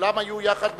כולם היו יחד בלשכתי,